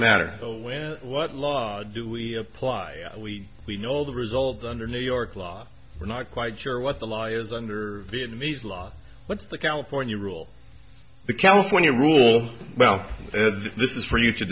matter where what law do we apply we we know the result under new york law we're not quite sure what the law is under vietnamese law what's the california rule the california rule well this is for you to